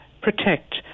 protect